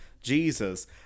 Jesus